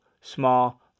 small